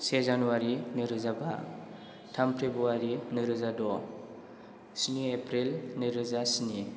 से जानुवारि नैरोजा बा थाम फेब्रुवारि नैरोजा द स्नि एप्रिल नैरोजा स्नि